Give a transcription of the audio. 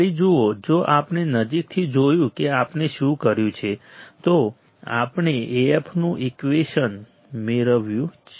ફરી જુઓ જો આપણે નજીકથી જોયું કે આપણે શું કર્યું છે તો આપણે Af નું ઈકવેશન મેળવ્યું છે